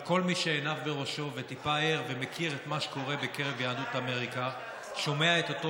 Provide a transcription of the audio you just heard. כל מי שעיניו בראשו וטיפה ער ומכיר את מה שקורה בקרב יהדות אמריקה,